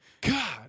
God